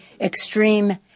extreme